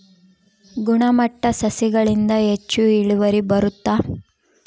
ಗುಣಮಟ್ಟ ಸಸಿಗಳಿಂದ ಹೆಚ್ಚು ಇಳುವರಿ ಬರುತ್ತಾ?